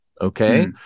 Okay